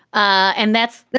and that's but